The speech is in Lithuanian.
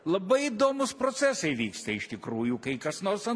labai įdomūs procesai vyksta iš tikrųjų kai kas nors